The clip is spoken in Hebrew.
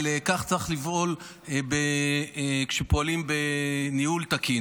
אבל כך צריך לפעול כשפועלים בניהול תקין.